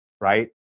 right